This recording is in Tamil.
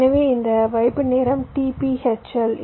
எனவே இந்த வைப்பு நேரம் t p hl